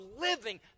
living